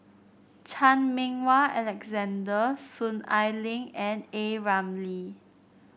Chan Meng Wah Alexander Soon Ai Ling and A Ramli